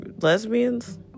lesbians